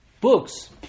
books